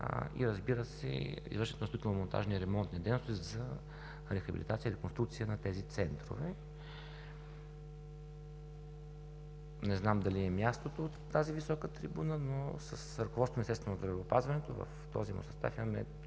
Проекта и извършването на строително монтажни ремонтни дейности за рехабилитация и реконструкция на тези центрове. Не знам дали е мястото от тази висока трибуна да кажа, но с ръководството на Министерството на здравеопазването в този му състав